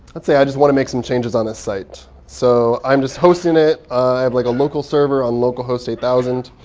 let's say i just want to make some changes on this site. so i'm just hosting it. i have like a local server on localhost eight thousand.